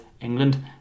England